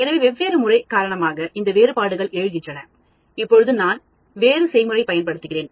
எனவே வெவ்வேறு முறை காரணமாக இந்த வேறுபாடுகள் எழுகின்றன இப்போது நான் வேறு செய்முறை பயன்படுத்துகிறேன்